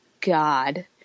God